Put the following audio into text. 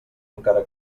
encara